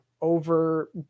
over –